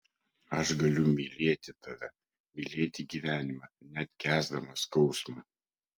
aš galiu mylėti tave mylėti gyvenimą net kęsdama skausmą